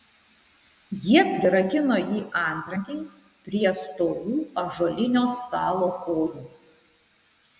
jie prirakino jį antrankiais prie storų ąžuolinio stalo kojų